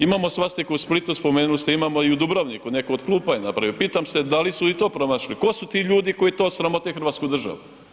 Imamo svastiku u Splitu spomenuli ste, imamo i u Dubrovniku netko od klupa je napravio, pitam se da li su i to pronašli, tko su ti ljudi koji to sramote hrvatsku državu?